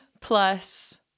plus